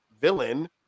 villain